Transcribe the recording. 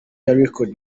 record